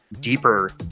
deeper